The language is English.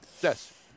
Yes